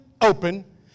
open